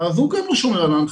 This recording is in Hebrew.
אז הוא גם לא שומר על ההנחיות.